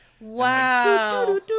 Wow